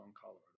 Colorado